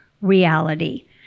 reality